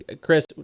Chris